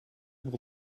will